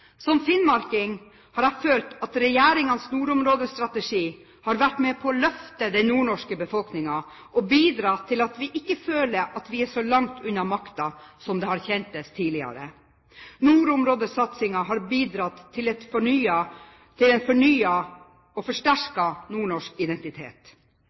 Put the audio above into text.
Som finnmarking har jeg følt at regjeringens nordområdestrategi har vært med på å løfte den nordnorske befolkningen og bidra til at vi ikke føler at vi er så langt unna makta som det har kjentes tidligere. Nordområdesatsingen har bidratt til